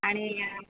आणि